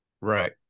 right